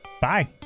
Bye